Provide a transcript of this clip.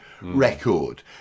record